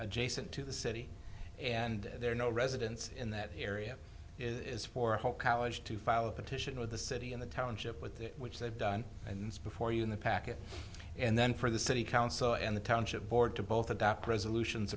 adjacent to the city and there are no residents in that area is for a whole college to file a petition or the city and the township with which they've done and before you in the packet and then for the city council and the township board to both adopt resolutions